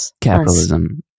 capitalism